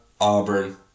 Auburn